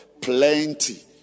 Plenty